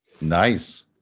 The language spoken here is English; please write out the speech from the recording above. Nice